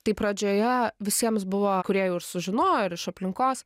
tai pradžioje visiems buvo kurie jau ir sužinojo iš aplinkos